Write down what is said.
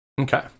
Okay